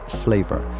flavor